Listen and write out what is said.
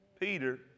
Peter